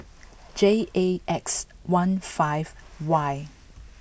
J A X one five Y